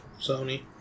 Sony